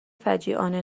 فجیعانه